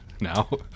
now